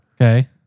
okay